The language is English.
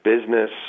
business